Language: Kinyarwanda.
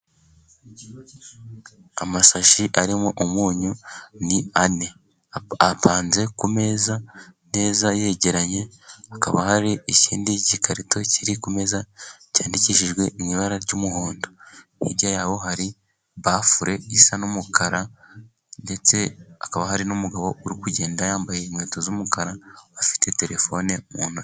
Amasashi arimo umunyu, ni ane apanze ku meza neza yegeranye, hakaba hari ikindi gikarito kiri ku meza cyandikishijwe mu ibara ry'umuhondo, hirya yaho hari bafure isa n'umukara ndetse hakaba hari n'umugabo uri kugenda yambaye inkweto z'umukara, afite telefone mu ntoki.